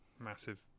massive